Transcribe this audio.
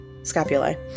Scapulae